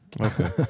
Okay